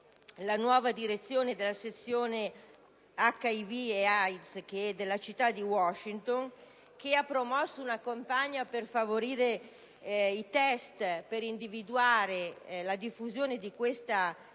la nuova direzione della sezione HIV e AIDS della città di Washington ha promosso una campagna per favorire i test per individuare la diffusione di questa